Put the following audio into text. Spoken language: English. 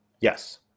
Yes